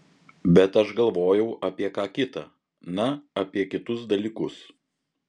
bet aš galvojau apie ką kita na apie kitus dalykus